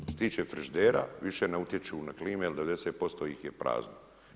Što se tiče frižidera više ne utječu na klimu, jer 90% ih je prazno.